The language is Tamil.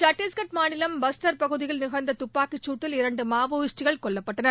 சட்டீஸ்கர் மாநிலம் பஸ்தார் பகுதியில் நிகழ்ந்த துப்பாக்கிச்சூட்டில் இரண்டு மாவோயிஸ்டுகள் கொல்லப்பட்டனர்